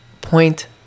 point